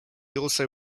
also